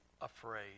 afraid